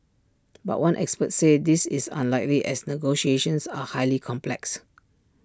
but one expert said this is unlikely as negotiations are highly complex